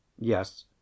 Yes